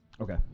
Okay